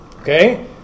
Okay